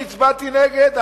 שהצבעתי נגדו,